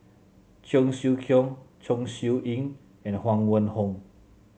Cheong Siew Keong Chong Siew Ying and Huang Wenhong